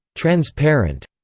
transparent,